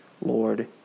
Lord